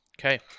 Okay